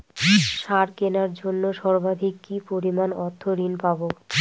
সার কেনার জন্য সর্বাধিক কি পরিমাণ অর্থ ঋণ পাব?